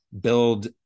build